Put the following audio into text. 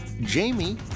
Jamie